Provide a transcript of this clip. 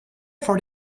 for